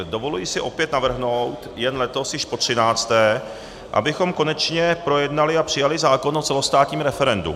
Dovoluji si opět navrhnout, jen letos již potřinácté, abychom konečně projednali a přijali zákon o celostátním referendu.